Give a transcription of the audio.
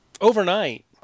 overnight